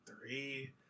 Three